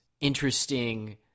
interesting